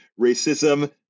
Racism